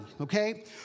okay